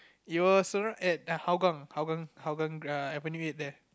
it was around at Hougang Hougang Hougang Avenue eight there